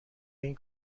این